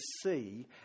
see